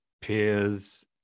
peers